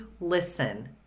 Listen